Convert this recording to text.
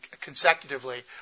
consecutively